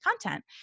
content